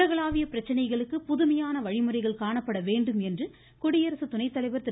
உலகளாவிய பிரச்சனைகளுக்கு புதுமையான தீர்வுகள் காணப்பட வேண்டும் என்று குடியரசுத்துணைத்தலைவர் திரு